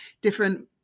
different